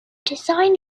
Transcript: design